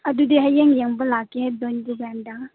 ꯑꯗꯨꯗꯤ ꯍꯌꯦꯡꯌꯦꯡꯕ ꯂꯥꯛꯀꯦ ꯅꯣꯏ ꯗꯨꯀꯥꯟꯗ